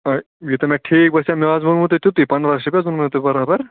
یوٗتاہ مےٚ ٹھیٖک باسیو مےٚ حظ ووٚنوٕ تۄہہِ تیُتُے پَنٛداہ لَچھ رۄپیہِ حظ ووٚنمو تۄہہِ برابر